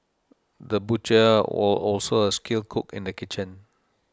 the butcher was also a skilled cook in the kitchen